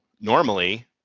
normally